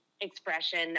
expression